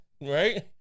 right